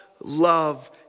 love